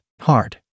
Hard